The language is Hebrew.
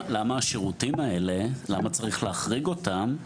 למה השירותים האלה, למה צריך להחריג אותם?